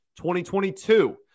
2022